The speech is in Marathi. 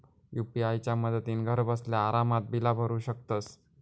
यू.पी.आय च्या मदतीन घरबसल्या आरामात बिला भरू शकतंस